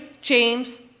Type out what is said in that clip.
James